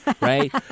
right